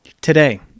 Today